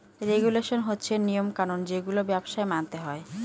regulation হচ্ছে নিয়ম কানুন যেগুলো ব্যবসায় মানতে হয়